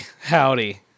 howdy